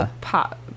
pop